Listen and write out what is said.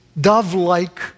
dove-like